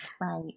Right